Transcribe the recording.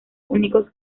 únicos